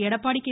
Edappadi K